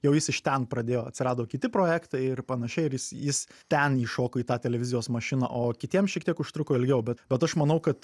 jau jis iš ten pradėjo atsirado kiti projektai ir panašiai ir jis jis ten įšoko į tą televizijos mašiną o kitiem šiek tiek užtruko ilgiau bet aš manau kad